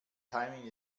timing